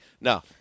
No